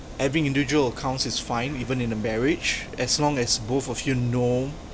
every individual accounts is fine even in a marriage as long as both of you know